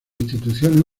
instituciones